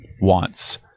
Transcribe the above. wants